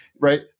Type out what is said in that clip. right